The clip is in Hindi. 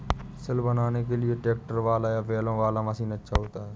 सिल बनाने के लिए ट्रैक्टर वाला या बैलों वाला मशीन अच्छा होता है?